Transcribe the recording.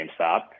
GameStop